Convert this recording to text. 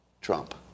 Trump